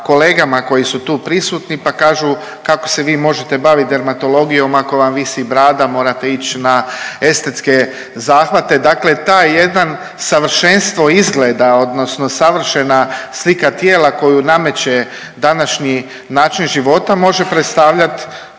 koji su tu prisutni, pa kažu kako se vi možete bavit dermatologijom ako vam visi brada, morate ić na estetske zahvate. Dakle taj jedan savršenstvo izgleda odnosno savršena slika tijela koju nameće današnji način života može predstavljat